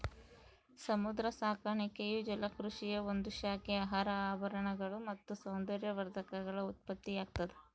ಸಮುದ್ರ ಸಾಕಾಣಿಕೆಯು ಜಲಕೃಷಿಯ ಒಂದು ಶಾಖೆ ಆಹಾರ ಆಭರಣಗಳು ಮತ್ತು ಸೌಂದರ್ಯವರ್ಧಕಗಳ ಉತ್ಪತ್ತಿಯಾಗ್ತದ